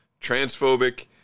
transphobic